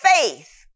faith